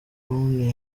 brown